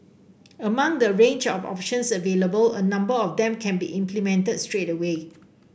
among the range of options available a number of them can be implemented straight away